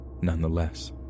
nonetheless